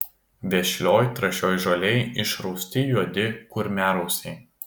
vešlioj trąšioj žolėj išrausti juodi kurmiarausiai